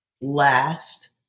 last